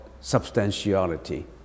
substantiality